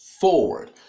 forward